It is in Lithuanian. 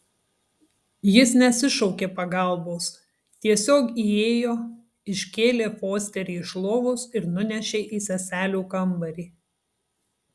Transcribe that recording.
jis nesišaukė pagalbos tiesiog įėjo iškėlė fosterį iš lovos ir nunešė į seselių kambarį